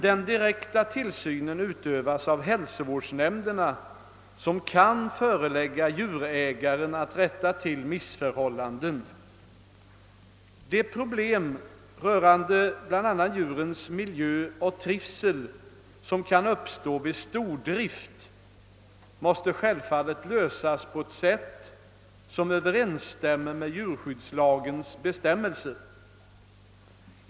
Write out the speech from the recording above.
Den direkta tillsynen utövas av hälsovårdsnämnderna, som kan förelägga djurägaren att rätta till missförhållanden. De problem rörande bl.a. djurens miljö och trivsel som kan uppstå vid stordrift måste självfallet lösas på ett sätt som överensstämmer med djurskyddslagens bestämmelser.